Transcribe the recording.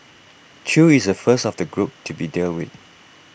chew is the first of the group to be dealt with